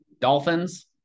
Dolphins